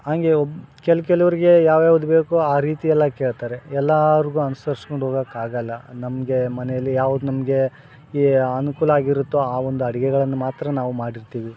ಹಂಗೇ ಒಬ್ಬ ಕೆಲ ಕೆಲವ್ರಿಗೆ ಯಾವ ಯಾವ್ದು ಬೇಕೋ ಆ ರೀತಿ ಎಲ್ಲ ಕೇಳ್ತಾರೆ ಎಲ್ಲಾರಿಗು ಅನ್ಸರಿಸ್ಕೊಂಡು ಹೋಗಾಕ್ ಆಗೋಲ್ಲ ನಮಗೆ ಮನೆಯಲ್ಲಿ ಯಾವ್ದು ನಮಗೆ ಈ ಅನುಕೂಲ ಆಗಿರುತ್ತೋ ಆ ಒಂದು ಅಡ್ಗೆಗಳನ್ನು ಮಾತ್ರ ನಾವು ಮಾಡಿರ್ತೀವಿ